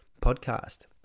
podcast